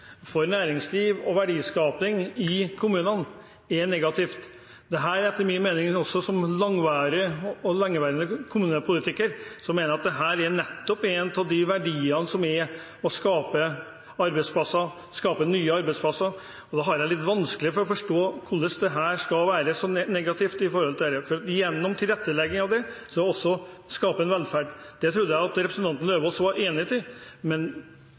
for næringsliv og verdiskaping i kommunene er negativt. Dette er etter min mening, også som lengeværende kommunepolitiker, nettopp en av de verdiene som det er å skape nye arbeidsplasser, og da har jeg litt vanskelig for å forstå hvorfor dette skal være så negativt, for gjennom denne tilretteleggingen skaper man også velferd. Det trodde jeg representanten Lauvås var enig i, men